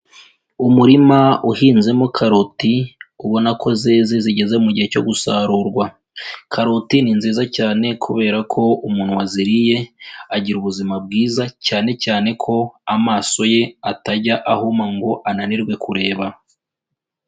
Umurima uhinzemo karoti, ubona ko zeze zigeze mu gihe cyo gusarurwa. Karoti ni nziza cyane kubera ko umuntu waziriye agira ubuzima bwiza, cyane cyane ko amaso ye atajya ahuma ngo ananirwe kureba.